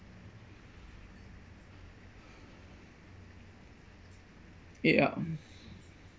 ya mm